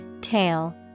tail